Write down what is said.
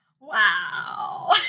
wow